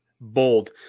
Bold